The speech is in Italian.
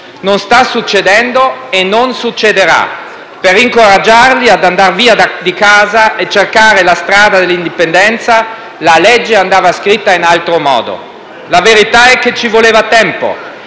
Non sta succedendo e non succederà. Per incoraggiarli ad andar via di casa, a cercare la strada dell'indipendenza, la legge andava scritta in altro modo. La verità è che ci voleva tempo